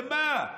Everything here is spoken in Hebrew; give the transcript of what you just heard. למה?